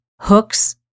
hooks